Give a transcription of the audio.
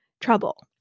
trouble